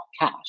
cash